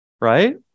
right